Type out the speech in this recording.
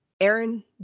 Aaron